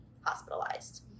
hospitalized